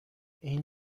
این